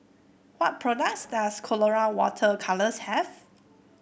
what products does Colora Water Colours have